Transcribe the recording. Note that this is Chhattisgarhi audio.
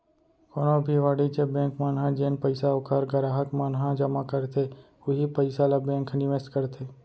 कोनो भी वाणिज्य बेंक मन ह जेन पइसा ओखर गराहक मन ह जमा करथे उहीं पइसा ल बेंक ह निवेस करथे